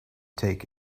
take